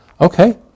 Okay